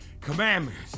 commandments